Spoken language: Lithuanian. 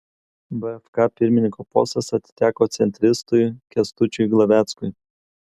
bfk pirmininko postas atiteko centristui kęstučiui glaveckui